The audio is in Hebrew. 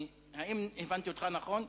האם הבנתי אותך נכון?